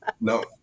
No